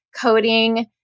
coding